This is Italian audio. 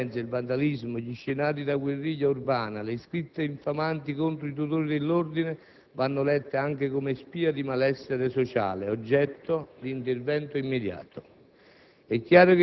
La violenza, il vandalismo, gli scenari da guerriglia urbana, le scritte infamanti contro i tutori dell'ordine vanno lette anche come spia di malessere sociale, oggetto di intervento immediato.